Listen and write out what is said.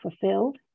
fulfilled